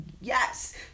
Yes